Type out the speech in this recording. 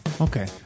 Okay